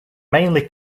mainly